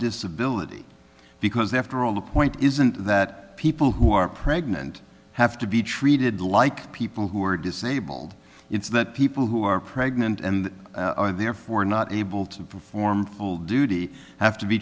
disability because after all the point isn't that people who are pregnant have to be treated like people who are disabled it's that people who are pregnant and are therefore not able to perform full duty have to be